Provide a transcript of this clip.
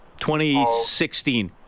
2016